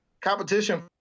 competition